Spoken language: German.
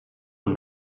und